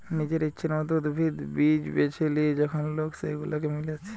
নিজের ইচ্ছের মত উদ্ভিদ, বীজ বেছে লিয়ে যখন লোক সেগুলাকে মিলাচ্ছে